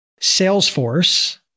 Salesforce